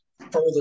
further